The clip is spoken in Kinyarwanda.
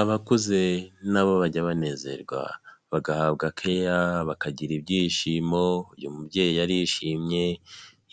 Abakuze nabo bajya banezerwa bagahabwa keya bakagira ibyishimo, uyu mubyeyi yari yishimye